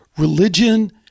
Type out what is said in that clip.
Religion